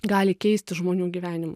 gali keisti žmonių gyvenimus